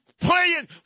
playing